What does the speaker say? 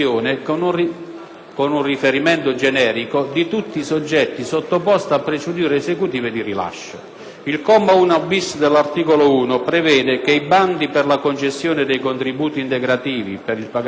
con un riferimento generico, di tutti i soggetti «sottoposti a procedure esecutive di rilascio». Il comma 1-*bis* dell'articolo 1 prevede che i bandi per la concessione dei contributi integrativi per il pagamento dei canoni,